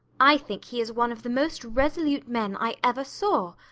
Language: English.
i think he is one of the most resolute men i ever saw,